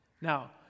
Now